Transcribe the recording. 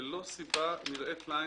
ללא סיבה נראית לעין,